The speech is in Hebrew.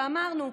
ואמרנו: